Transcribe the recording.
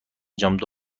کمپ